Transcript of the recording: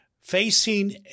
facing